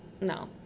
No